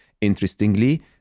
Interestingly